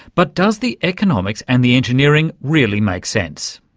but does the economics and the engineering really make sense?